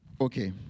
okay